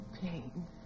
pain